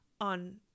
on